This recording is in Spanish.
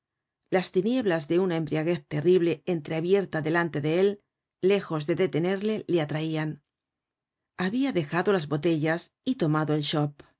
las tinieblas de una embriaguez terrible entreabierta delante de él lejos de detenerle le atraian habia dejado las botellas y tomado el chope